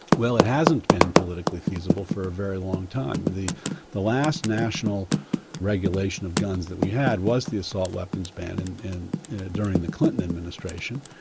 well, it hasn't been politically feasible for a very long time. the the last national regulation of guns that we had was the assault weapons ban and in, during the clinton administration.